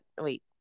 wait